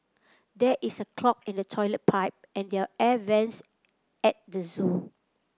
there is a clog in the toilet pipe and the air vents at the zoo